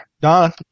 Don